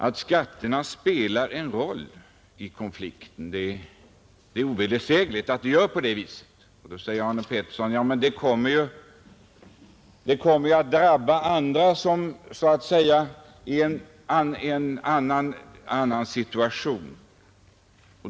Att dessa spelar en roll i konflikten är ovedersägligt. Då säger herr Arne Pettersson att verkningarna av strejken kommer att drabba andra, som befinner sig i en annan situation.